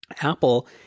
Apple